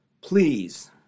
please